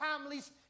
families